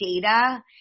data